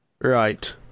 Right